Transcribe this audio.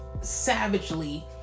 savagely